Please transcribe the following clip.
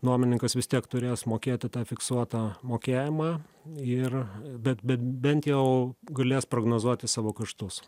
nuomininkas vis tiek turės mokėti tą fiksuotą mokėjimą ir bet be bent jau galės prognozuoti savo kaštus